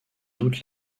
doute